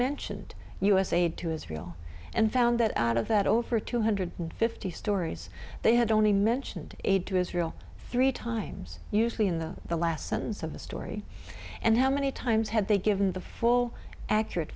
mentioned u s aid to israel and found that out of that over two hundred fifty stories they had only mentioned aid to israel three times usually in the the last sentence of the story and how many times have they given the full accurate